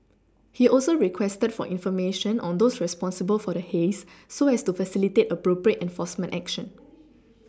he also requested for information on those responsible for the haze so as to facilitate appropriate enforcement action